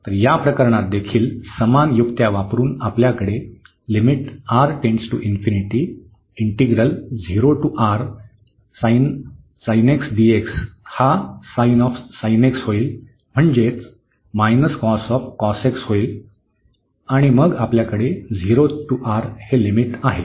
तर या प्रकरणात देखील समान युक्त्या वापरुन आपल्याकडे हा होईल म्हणजे होईल आणि मग आपल्याकडे 0 ते R हे लिमिट आहे